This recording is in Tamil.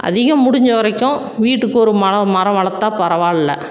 அதிகம் முடிஞ்ச வரைக்கும் வீட்டுக்கு ஒரு மரம் மரம் வளர்த்தா பரவாயில்லை